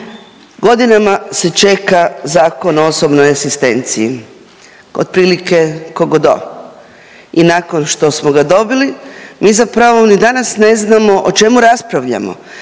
Godinama se čeka Zakon o osobnoj asistenciji, otprilike kao Godot i nakon što smo ga dobili mi zapravo ni danas ne znamo o čemu raspravljamo